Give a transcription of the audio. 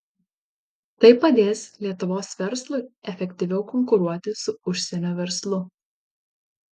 tai padės lietuvos verslui efektyviau konkuruoti su užsienio verslu